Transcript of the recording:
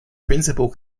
principal